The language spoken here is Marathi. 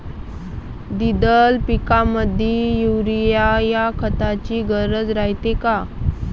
द्विदल पिकामंदी युरीया या खताची गरज रायते का?